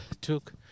took